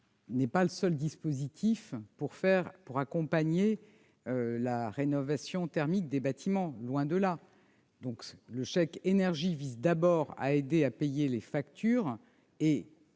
n'est pas le seul dispositif permettant d'accompagner la rénovation thermique des bâtiments, loin de là. Le chèque énergie vise d'abord à aider à payer les factures et,